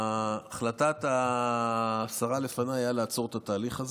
החלטת השרה לפניי הייתה לעצור את התהליך הזה.